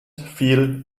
feel